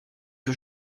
que